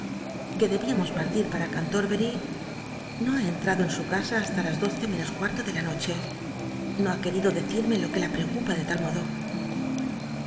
que debíamos partir para cantorbery no ha entrado en su casa basta las doce menos cuarto de la noche no ha decirme lo que la preocupa de tal modo